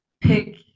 pick